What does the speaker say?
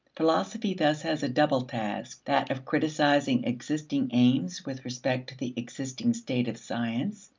philosophy thus has a double task that of criticizing existing aims with respect to the existing state of science,